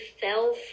fell